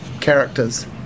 characters